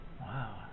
Wow